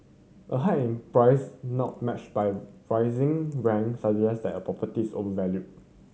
a hike in price not matched by rising rent suggest that a property's overvalued